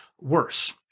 worse